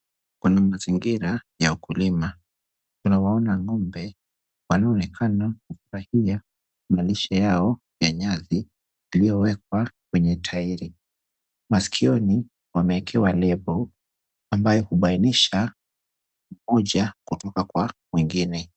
Kuna mazingira ya ukulima, unawaona ng'ombe wanaoonekana kufurahia malisho yao ya nyasi iliyowekwa kwenye tairi. Masikioni, wameekewa lebo ambayo hubainisha moja kutoka kwa mwingine.